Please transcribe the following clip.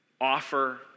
offer